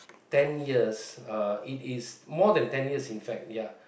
ten years uh it is more than ten years in fact ya